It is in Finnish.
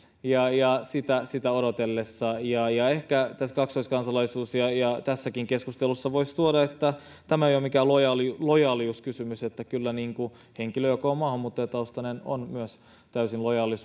sitä sitä odotellessa ehkä tässä kaksoiskansalaisuus ja tässäkin keskustelussa voisi tuoda sen että tämä ei ole mikään lojaaliuskysymys kyllä henkilö joka on maahanmuuttajataustainen on myös täysin lojaali